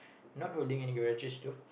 not holding any grudges though